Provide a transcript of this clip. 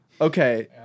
Okay